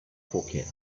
pocket